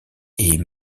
est